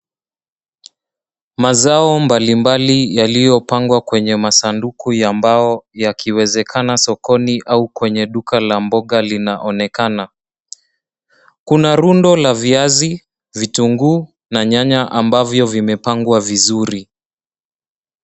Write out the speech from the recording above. Mazao mbali mbali yaliyopangwa kwenye masanduku ya mbao yakiwezekana sokoni au kwenye duka la mboga linaonekana. Kuna rundo la viazi, vitunguu, na nyanya ambavyo vimepangwa vizuri.